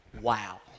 wow